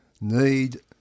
need